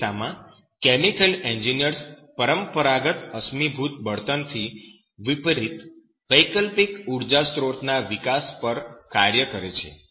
તે કિસ્સામાં chemical engineers પરંપરાગત અશ્મિભૂત બળતણ થી વિપરીત વૈકલ્પિક ઉર્જા સ્ત્રોત ના વિકાસ પર કાર્ય કરે છે